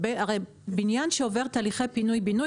הרי בניין שעובר תהליכי פינוי-בינוי,